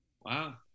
Wow